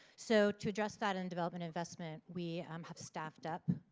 so to address that in development investment we um have staffed up.